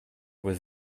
was